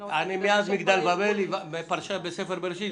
מאז מגדל בבל בספר בראשית,